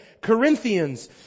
Corinthians